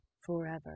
Forever